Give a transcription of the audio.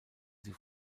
sie